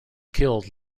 killed